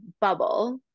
bubble